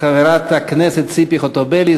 חברת הכנסת ציפי חוטובלי,